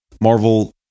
Marvel